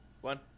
one